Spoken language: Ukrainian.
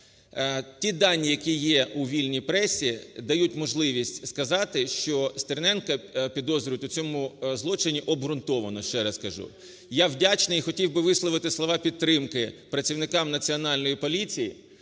Ті дані, які є у вільній пресі, дають можливість сказати, що Стерненка підозрюють у цьому злочині обґрунтовано, ще раз скажу. Я вдячний і хотів би висловити слова підтримки працівникам Національної поліції,